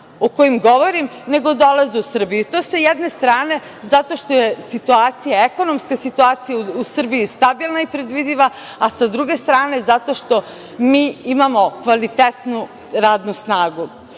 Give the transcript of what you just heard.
o kojima govorim, nego dolaze u Srbiju, i to, sa jedne strane, zato što je ekonomska situacija u Srbiji stabilna i predvidiva, a sa druge strane zato što mi imamo kvalitetnu radnu snagu.